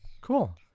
Cool